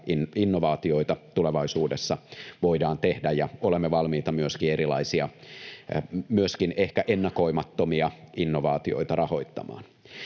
innovaatioita tulevaisuudessa voidaan tehdä, ja olemme valmiita rahoittamaan myöskin erilaisia, myöskin ehkä ennakoimattomia innovaatioita. No, sitten